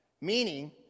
Meaning